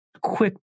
quick